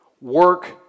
Work